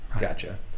gotcha